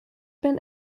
been